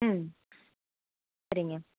ம் சரிங்க